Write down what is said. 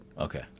Okay